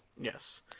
Yes